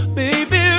baby